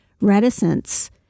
reticence